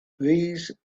breeze